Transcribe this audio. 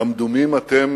כמדומים אתם